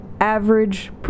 average